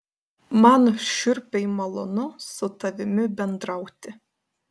man šiurpiai malonu su tavimi bendrauti